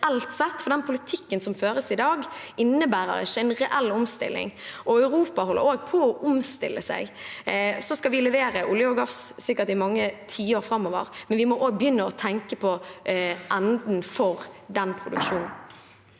for den politikken som føres i dag, innebærer ikke en reell omstilling. Europa holder også på å omstille seg. Vi skal levere olje og gass sikkert i mange tiår framover, men vi må også begynne å tenke på enden for den produksjonen.